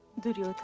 did you